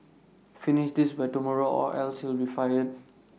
finish this by tomorrow or else you'll be fired